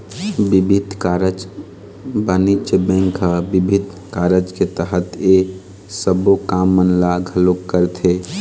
बिबिध कारज बानिज्य बेंक ह बिबिध कारज के तहत ये सबो काम मन ल घलोक करथे